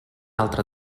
altra